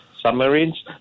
submarines